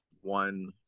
one